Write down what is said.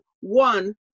one